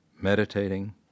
meditating